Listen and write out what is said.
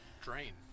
drain